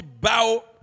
bow